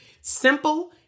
simple